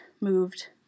moved